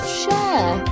share